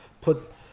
put